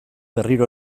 berriro